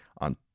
on